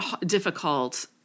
difficult